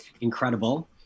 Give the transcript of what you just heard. incredible